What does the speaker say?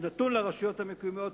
שנתון לרשויות המקומיות,